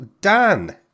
Dan